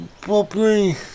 properly